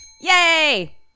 Yay